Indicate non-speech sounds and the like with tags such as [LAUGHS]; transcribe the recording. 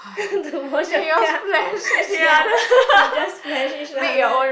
[LAUGHS] to wash a car ya we just splash each other